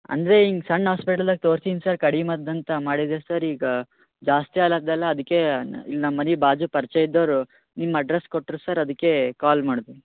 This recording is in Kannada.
ಅಂದರೆ ಹಿಂಗೆ ಸಣ್ಣ ಹಾಸ್ಪಿಟಲಾಗ್ ತೋರ್ಸಿನಿ ಸರ್ ಕಡಿಮೆ ಆಗ್ತದಂತ ಮಾಡಿದೆ ಸರ್ ಈಗ ಜಾಸ್ತಿ ಆಗ್ಲತದಲ್ಲ ಅದ್ಕೆ ನಮ್ಮಮನೆ ಬಾಜು ಪರ್ಚಯ ಇದ್ದೋರು ನಿಮ್ಮ ಅಡ್ರಸ್ ಕೊಟ್ಟರು ಸರ್ ಅದ್ಕೆ ಕಾಲ್ ಮಾಡಿದೆ